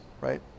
right